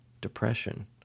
depression